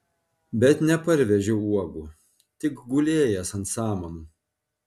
bet neparvežė uogų tik gulėjęs ant samanų